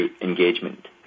engagement